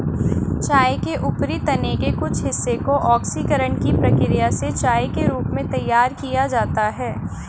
चाय के ऊपरी तने के कुछ हिस्से को ऑक्सीकरण की प्रक्रिया से चाय के रूप में तैयार किया जाता है